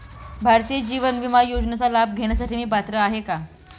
भारतीय जीवन विमा योजनेचा लाभ घेण्यासाठी मी पात्र आहे का?